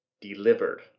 delivered